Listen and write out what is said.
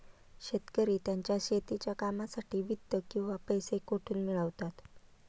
शेतकरी त्यांच्या शेतीच्या कामांसाठी वित्त किंवा पैसा कुठून मिळवतात?